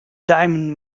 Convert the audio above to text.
diamond